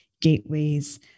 gateways